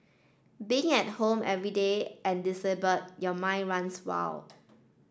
being at home every day and disabled your mind runs wild